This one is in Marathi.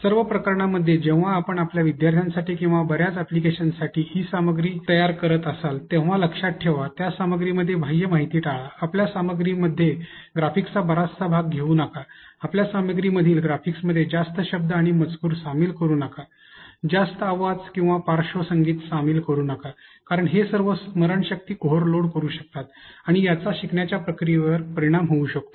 सर्व प्रकरणांमध्ये जेव्हा आपण आपल्या विद्यार्थ्यांसाठी किंवा बर्याच अॅप्लिकेशनससाठी ई शिक्षण सामग्री तयार करत असेल तेव्हा लक्षात ठेवा त्या सामग्रीमध्ये बाह्य माहिती टाळा आपल्या सामग्रीमध्ये ग्राफिक्सचा बराचसा भाग घेऊ नका आपल्या सामग्रीमधील ग्राफिकमध्ये जास्त शब्द आणि मजकूर सामील करू नका जास्त आवाज किंवा पार्श्वसंगीत सामील करू नका कारण हे सर्व स्मरणशक्ती ओव्हरलोड करु शकतात आणि याचा शिकण्याच्या प्रक्रियेवर परिणाम होऊ शकतो